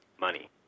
money